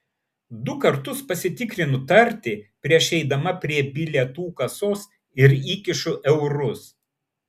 du kartus pasitikrinu tartį prieš eidama prie bilietų kasos ir įkišu eurus